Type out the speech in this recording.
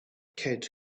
kid